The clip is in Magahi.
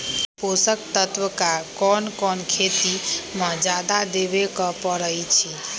पोषक तत्व क कौन कौन खेती म जादा देवे क परईछी?